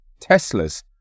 Teslas